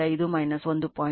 5 1